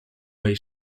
mej